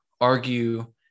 argue